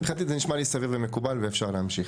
מבחינתי זה נשמע לי סביר ומקובל ואפשר להמשיך.